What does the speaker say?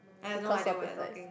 because of the size